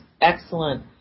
excellent